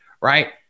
right